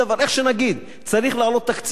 איך שנגיד: צריך לעלות תקציב,